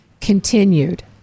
continued